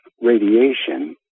radiation